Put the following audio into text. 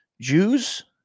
Jews